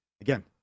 again